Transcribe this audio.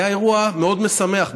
היה אירוע מאוד משמח,